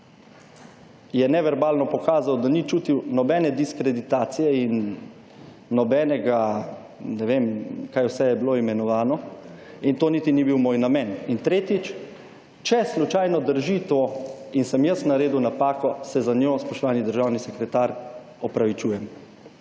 je neverbalno pokazal, da ni čutil nobene diskreditacije in nobenega, ne vem, kaj vse je bilo imenovano. In to niti ni bil moj namen. In tretjič. Če slučajno drži to in sem jaz naredil napako se za njo, spoštovani državni sekretar, opravičujem.